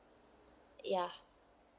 ya